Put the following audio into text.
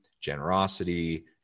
generosity